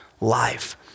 life